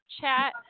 chat